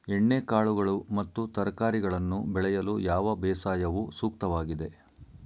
ಎಣ್ಣೆಕಾಳುಗಳು ಮತ್ತು ತರಕಾರಿಗಳನ್ನು ಬೆಳೆಯಲು ಯಾವ ಬೇಸಾಯವು ಸೂಕ್ತವಾಗಿದೆ?